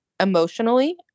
emotionally